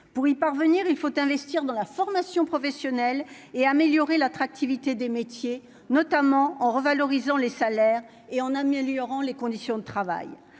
pour y parvenir, il faut investir dans la formation professionnelle et améliorer l'attractivité des métiers notamment en revalorisant les salaires et en améliorant les conditions de travail,